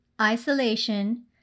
Isolation